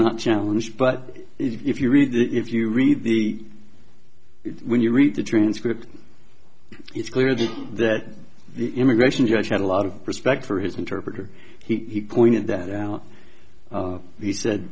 not challenge but if you read if you read the when you read the transcript it's clear that the immigration judge had a lot of respect for his interpreter he pointed that out he said